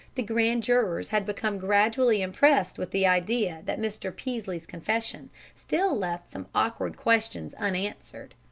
the grand jurors had become gradually impressed with the idea that mr. peaslee's confession still left some awkward questions unanswered.